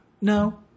No